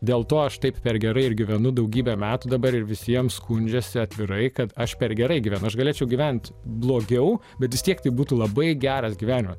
dėl to aš taip per gerai ir gyvenu daugybę metų dabar ir visiems skundžiasi atvirai kad aš per gerai gyvenu aš galėčiau gyventi blogiau bet vis tiek tai būtų labai geras gyvenimas